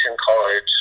College